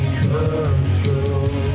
control